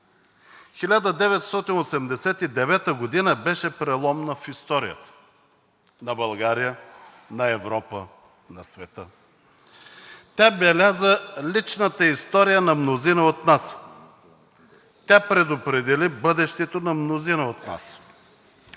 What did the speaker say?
1989 г. беше преломна в историята на България, на Европа, на света. Тя беляза личната история на мнозина от нас. Тя предопредели бъдещето на мнозина от нас.